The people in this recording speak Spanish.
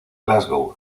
glasgow